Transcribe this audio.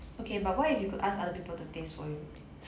okay but what if you could ask other people to taste for you